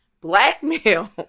Blackmail